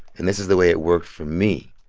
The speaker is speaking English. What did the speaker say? and this is the way it worked for me.